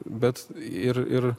bet ir ir